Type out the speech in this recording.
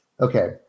Okay